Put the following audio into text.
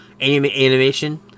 animation